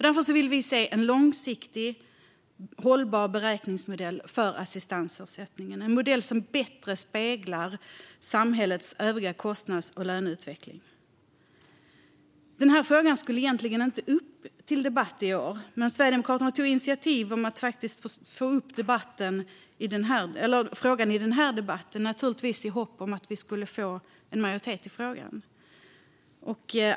Därför vill vi se en långsiktigt hållbar beräkningsmodell för assistansersättningen, en modell som bättre speglar samhällets övriga kostnads och löneutvecklingar. Denna fråga skulle egentligen inte tas upp till debatt i år, men Sverigedemokraterna tog initiativ för att få upp den i den här debatten, naturligtvis i hopp om att vi skulle få en majoritet i frågan.